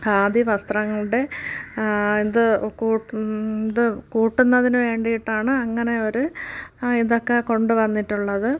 ഖാദി വസ്ത്രങ്ങളുടെ ഇത് കൂട്ടു ഇത് കൂട്ടുന്നതിന് വേണ്ടിയിട്ടാണ് അങ്ങനെ ഒരു ഇതൊക്കെ കൊണ്ടു വന്നിട്ടുള്ളത്